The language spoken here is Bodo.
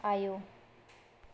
आयौ